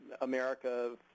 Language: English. America